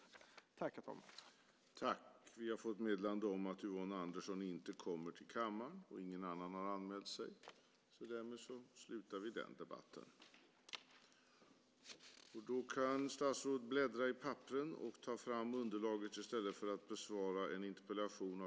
Då Yvonne Andersson, som framställt interpellationen, anmält att hon var förhindrad att närvara vid sammanträdet förklarade talmannen överläggningen avslutad.